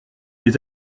les